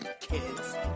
Kids